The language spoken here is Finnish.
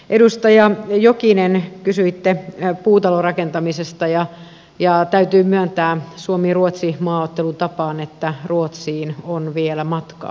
edustaja jokinen kysyitte puutalorakentamisesta ja täytyy myöntää suomiruotsi maaottelutapaan että ruotsiin on vielä matkaa